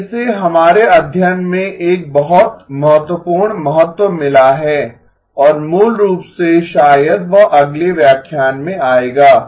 अब इसे हमारे अध्ययन में एक बहुत महत्वपूर्ण महत्व मिला है और मूल रूप से शायद वह अगले व्याख्यान में आएगा